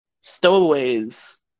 stowaways